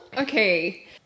okay